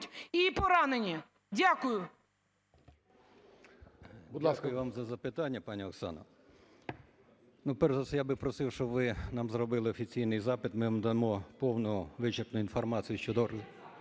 і поранені. Дякую.